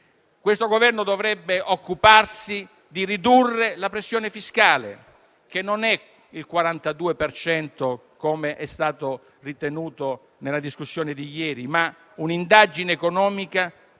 Questo Governo dovrebbe occuparsi di ridurre la pressione fiscale, che non è al 42 per cento, come è stato ritenuto nella discussione di ieri: un'indagine economica